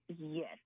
Yes